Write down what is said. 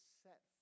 set